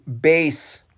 base